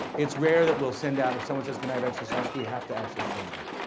it's rare that we'll send out, if someone says, can i have extra sauce? we have to actually say no.